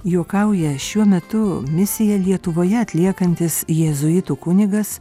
juokauja šiuo metu misiją lietuvoje atliekantis jėzuitų kunigas